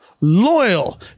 loyal